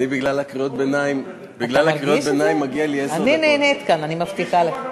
בגלל קריאות הביניים מגיעות לי עשר דקות.